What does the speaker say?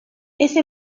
ese